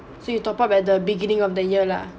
so you top up at the beginning of the year lah